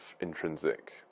intrinsic